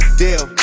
deal